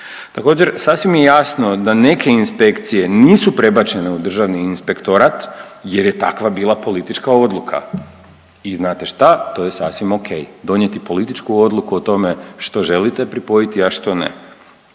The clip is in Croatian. Također, sasvim je jasno da neke inspekcije nisu prebačene u Državni inspektorat jer je takva bila politička odluka i znate šta, to je sasvim okej, donijeti političku odluku o tome što želite pripojiti, a što ne.